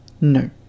No